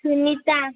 Sunita